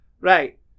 Right